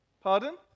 Pardon